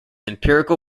empirical